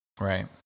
Right